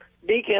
Deacon